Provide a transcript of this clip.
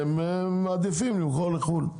הם מעדיפים למכור לחו"ל.